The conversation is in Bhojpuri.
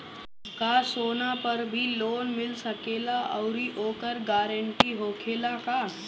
का सोना पर भी लोन मिल सकेला आउरी ओकर गारेंटी होखेला का?